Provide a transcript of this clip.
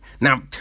Now